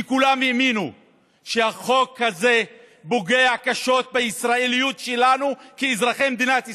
כי כולם האמינו שהחוק הזה פוגע קשות בישראליות שלנו כאזרחי מדינת ישראל.